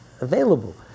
available